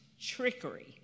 trickery